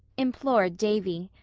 implored davy.